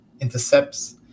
intercepts